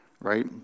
right